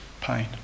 pain